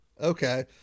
okay